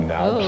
Now